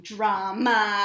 Drama